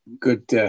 good